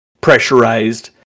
pressurized